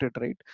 right